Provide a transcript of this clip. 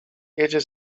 jedzie